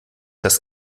das